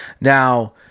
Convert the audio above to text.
Now